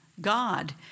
God